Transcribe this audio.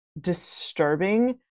disturbing